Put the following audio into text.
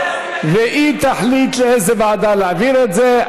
והיא תחליט לאיזו ועדה להעביר את זה.